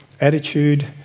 attitude